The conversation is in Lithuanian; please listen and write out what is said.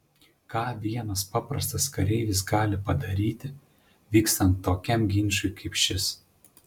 ką vienas paprastas kareivis gali padaryti vykstant tokiam ginčui kaip šis